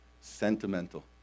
sentimental